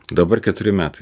dabar keturi metai